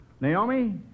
Naomi